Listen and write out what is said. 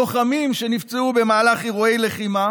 לוחמים שנפצעו במהלך אירועי לחימה